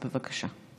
בבקשה.